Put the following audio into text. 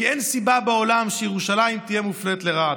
כי אין סיבה בעולם שירושלים תהיה מופלית לרעה.